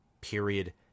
Period